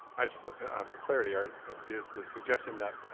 i just thought yeah for clarity ah is the suggestion that